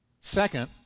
Second